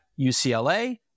UCLA